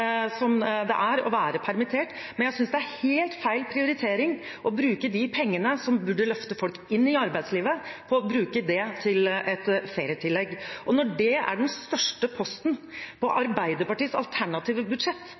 som det er å være permittert, men jeg synes det er helt feil prioritering å bruke de pengene som burde løfte folk inn i arbeidslivet, til et feriepengetillegg. Når det er den største posten på Arbeiderpartiets alternative budsjett,